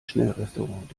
schnellrestaurant